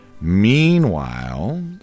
Meanwhile